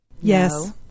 Yes